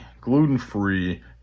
Gluten-free